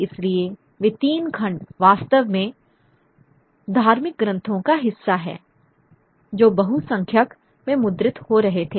इसलिए वे तीन खंड वास्तव में धार्मिक ग्रंथों का हिस्सा हैं जो बहुसंख्यक में मुद्रित हो रहे थे